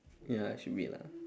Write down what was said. ya should be lah